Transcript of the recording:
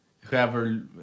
Whoever